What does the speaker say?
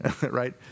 right